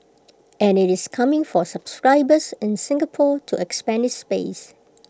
and IT is coming for subscribers in Singapore to expand its base